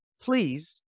please